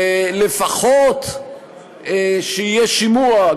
לפחות שיהיה שימוע,